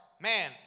man